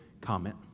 comment